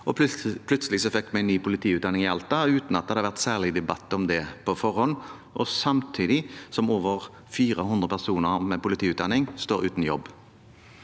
plutselig fikk vi en ny politiutdanning i Alta, uten at det har vært særlig debatt om det på forhånd, og samtidig som over 400 personer med politiutdanning står uten jobb.